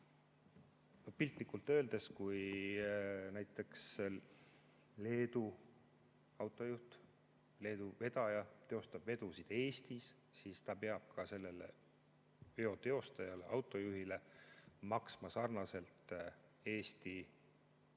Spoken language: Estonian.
Piltlikult öeldes, kui näiteks Leedu autojuht, Leedu vedaja teostab vedusid Eestis, siis ta peab ka sellele veo teostajale, autojuhile maksma sarnaselt Eesti